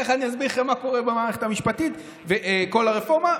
איך אני אסביר לכם מה קורה במערכת המשפטית וכל הרפורמה?